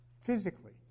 physically